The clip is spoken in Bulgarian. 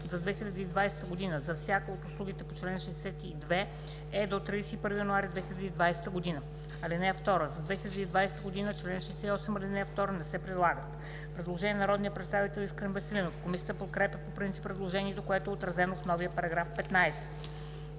за 2020 г. за всяка от услугите по чл. 62 е до 31 януари 2020 г. (2) За 2020 г. чл. 68, ал. 2 не се прилага.“ Предложение от народния представител Искрен Веселинов. Комисията подкрепя по принцип предложението, което е отразено в новия § 15.